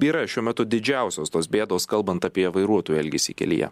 yra šiuo metu didžiausios tos bėdos kalbant apie vairuotojų elgesį kelyje